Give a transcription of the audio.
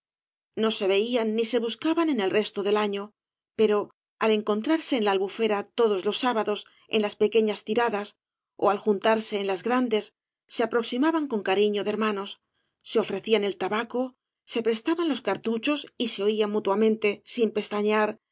no se veían ni se buscaban en el resto del año pero al encontrarse en la albufera todos ios sábados en las pequeñas tiradas ó al juntarse en las grandes se aproximaban con cariño de hermanos se ofrecían tabaco se prestaban los cartuchos y se oían mutuamente sin pestañear